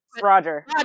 Roger